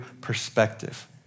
perspective